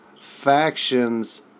factions